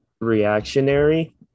reactionary